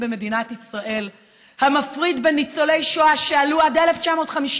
במדינת ישראל המפריד בין ניצולי שואה שעלו עד 1953,